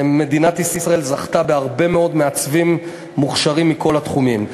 מדינת ישראל זכתה בהרבה מאוד מעצבים מוכשרים מכל התחומים.